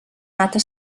mata